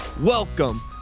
welcome